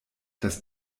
das